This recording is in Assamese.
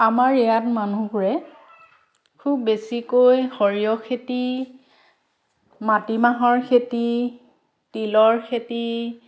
আমাৰ ইয়াত মানুহবোৰে খুব বেছিকৈ সৰিয়হ খেতি মাতিমাহৰ খেতি তিলৰ খেতি